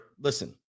listen